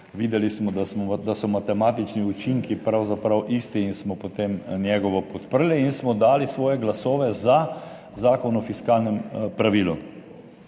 Videli smo, da so matematični učinki pravzaprav isti in smo potem njegovo podprli in smo dali svoje glasove za Zakon o fiskalnem pravilu.